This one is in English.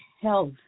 health